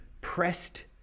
pressed